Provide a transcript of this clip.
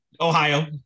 Ohio